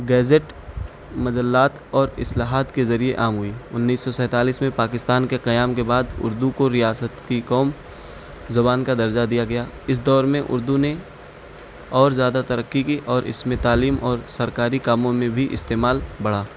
gazette مجلات اور اصلاحات کے ذریعہ عام ہوئی انیس سو سینتالیس میں پاکستان کے قیام کے بعد اردو کو ریاست کی قومی زبان کا درجہ دیا گیا اس دور میں اردو نے اور زیادہ ترقی کی اور اس میں تعلیم اور سرکاری کاموں میں بھی استعمال بڑھا